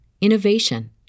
innovation